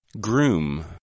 Groom